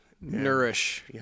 nourish